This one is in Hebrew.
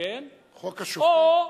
או,